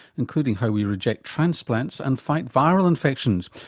including how we reject transplants and fight viral infections.